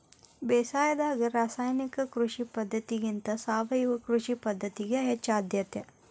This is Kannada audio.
ಬೇಸಾಯದಾಗ ರಾಸಾಯನಿಕ ಕೃಷಿ ಪದ್ಧತಿಗಿಂತ ಸಾವಯವ ಕೃಷಿ ಪದ್ಧತಿಗೆ ಹೆಚ್ಚು ಆದ್ಯತೆ